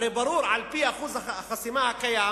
הרי ברור על-פי אחוז החסימה הקיים